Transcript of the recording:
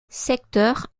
secteur